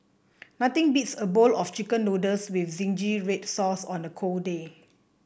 nothing beats a bowl of chicken noodles with zingy red sauce on a cold day